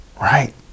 right